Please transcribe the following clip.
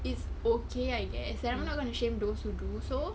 it's okay I guess I'm not going to shame those who do so